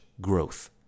growth